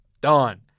Done